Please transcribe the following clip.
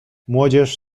młodzież